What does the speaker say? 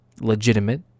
legitimate